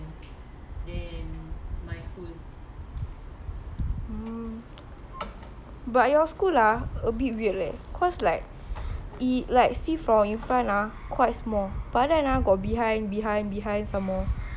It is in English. but your school ah a bit weird leh cause like if see from in front ah quite small padan ah got behind behind some more quite complicated leh don't know how you can like learn how to find your way around